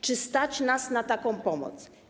Czy stać nas na taką pomoc?